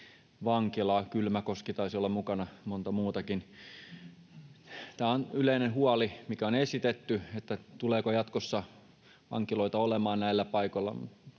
vankilaa, Kylmäkoski taisi olla mukana, monta muutakin. Tämä on yleinen huoli, mikä on esitetty, että tuleeko jatkossa vankiloita olemaan näillä paikoilla.